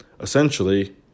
essentially